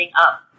up